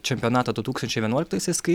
čempionatą du tūkstančiai vienuoliktaisiais kai